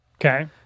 Okay